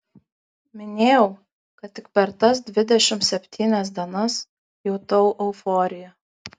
minėjau kad tik per tas dvidešimt septynias dienas jutau euforiją